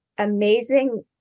amazing